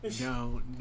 No